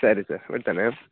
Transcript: ಸರಿ ಸರ್ ಇಡ್ತೇನೆ